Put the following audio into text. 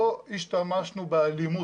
לא השתמשנו באלימות,